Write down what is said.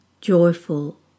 joyful